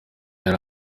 yari